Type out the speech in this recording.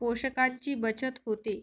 पोषकांची बचत होते